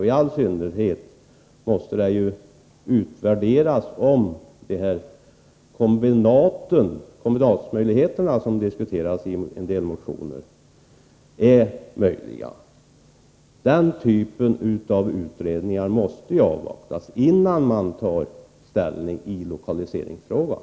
I all synnerhet måste man göra en utvärdering av kombinatsmöjligheterna, vilka diskuteras i en del motioner. Den typen av utredningar måste avvaktas. Först därefter kan man ta ställning i lokaliseringsfrågan.